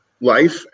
life